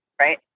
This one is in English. right